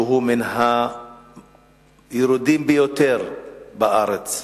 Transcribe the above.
שהם מן הירודים ביותר בארץ.